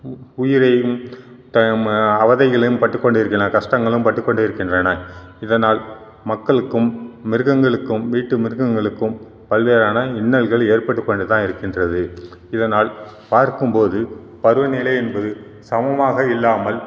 உ உயிரையும் த ம அவதைகளையும் பட்டு கொண்டிருக்கின்றன கஷ்டங்களும் பட்டு கொண்டிருக்கின்றன இதனால் மக்களுக்கும் மிருகங்களுக்கும் வீட்டு மிருகங்களுக்கும் பல்வேறான இன்னல்கள் ஏற்பட்டு கொண்டு தான் இருக்கின்றது இதனால் பார்க்கும் போது பருவநிலை என்பது சமமாக இல்லாமல்